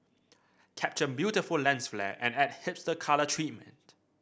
capture beautiful lens flare and add hipster colour treatment